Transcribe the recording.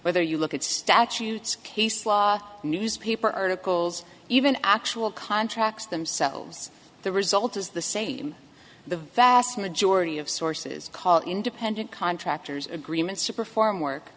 whether you look at statutes case law newspaper articles even actual contracts themselves the result is the same the vast majority of sources call independent contractors agreements to perform work